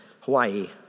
Hawaii